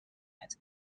had